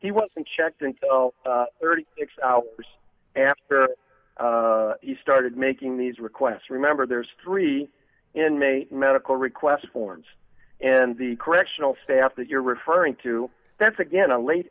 he wasn't checked in thirty six hours after he started making these requests remember there's three in may medical request forms and the correctional staff that you're referring to that's again a late